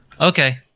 Okay